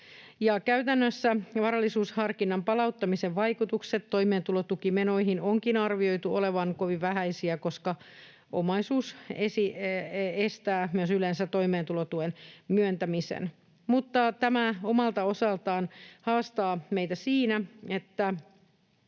käytännössä varallisuusharkinnan palauttamisen vaikutusten toimeentulotukimenoihin onkin arvioitu olevan kovin vähäisiä, koska omaisuus estää myös yleensä toimeentulotuen myöntämisen. Tämä omalta osaltaan haastaa meitä siinä, että